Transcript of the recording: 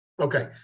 Okay